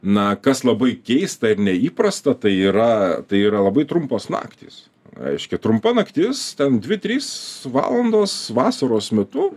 na kas labai keista ir neįprasta tai yra tai yra labai trumpos naktys reiškia trumpa naktis ten dvi trys valandos vasaros metu